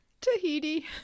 tahiti